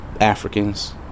Africans